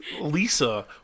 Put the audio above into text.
Lisa